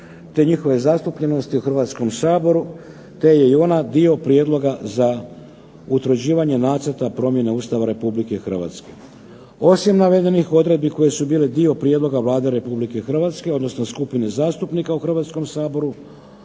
te njihove zastupljenosti u Hrvatskom saboru, te je i ona dio prijedloga za utvrđivanje Nacrta promjene Ustava Republike Hrvatske. Osim navedenih odredbi koje su bile dio prijedloga Vlade Republike Hrvatske, odnosno skupine zastupnika u Hrvatskom saboru